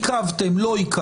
אם עיכבתם או לא עיכבתם,